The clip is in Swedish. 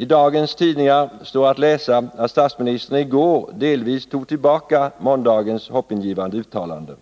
I dagens tidningar står det att läsa att statsministern i går delvis tog tillbaka måndagens hoppingivande uttalande.